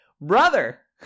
brother